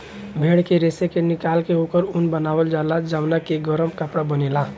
भेड़ के रेशा के निकाल के ओकर ऊन बनावल जाला जवना के गरम कपड़ा बनेला